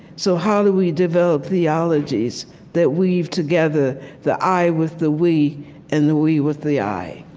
so how do we develop theologies that weave together the i with the we and the we with the i?